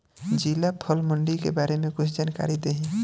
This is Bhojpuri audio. जिला फल मंडी के बारे में कुछ जानकारी देहीं?